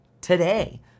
today